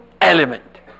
element